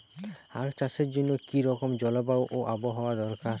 আখ চাষের জন্য কি রকম জলবায়ু ও আবহাওয়া দরকার?